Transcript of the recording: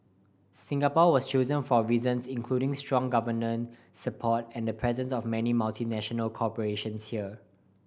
Singapore was chosen for reasons including strong government support and the presence of many multinational corporations here